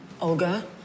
Olga